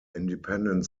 independent